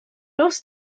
nos